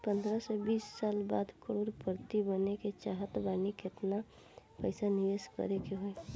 पंद्रह से बीस साल बाद करोड़ पति बने के चाहता बानी केतना पइसा निवेस करे के होई?